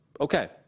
okay